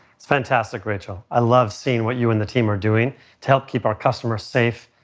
it's fantastic, rachel. i love seeing what you and the team are doing to help keep our customers safe,